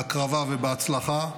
בהקרבה ובהצלחה.